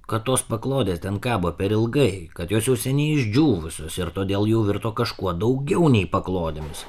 kad tos paklodės ten kabo per ilgai kad jos jau seniai išdžiūvusios ir todėl jau virto kažkuo daugiau nei paklodėmis